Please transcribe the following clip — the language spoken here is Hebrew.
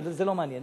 זה לא מעניין.